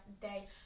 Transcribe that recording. day